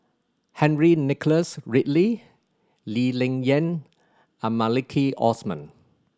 Henry Nicholas Ridley Lee Ling Yen and Maliki Osman